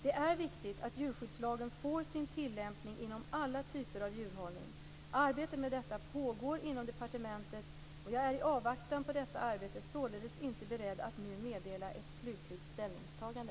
Det är viktigt att djurskyddslagen får sin tillämpning inom alla typer av djurhållning. Arbetet med detta pågår inom departementet. Jag är i avvaktan på detta arbete således inte beredd att nu meddela ett slutligt ställningstagande.